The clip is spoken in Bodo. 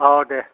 औ दे